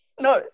No